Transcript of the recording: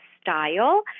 style